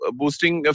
boosting